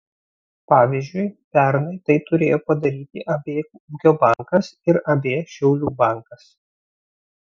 pavyzdžiui pernai tai turėjo padaryti ab ūkio bankas ir ab šiaulių bankas